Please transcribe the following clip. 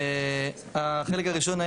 החלק הראשון,